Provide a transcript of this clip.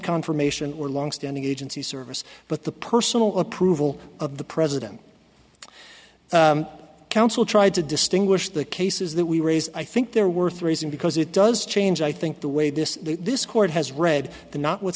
confirmation or longstanding agency service but the personal approval of the president counsel tried to distinguish the cases that we raise i think they're worth raising because it does change i think the way this this court has read the